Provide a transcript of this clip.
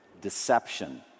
deception